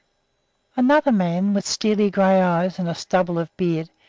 another man, with steely gray eyes and a stubble of beard,